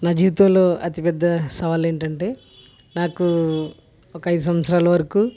నా జీవితంలో అతిపెద్ద సవాల్ ఏంటంటే నాకు ఒక ఐదు సంవత్సరాలు వరకు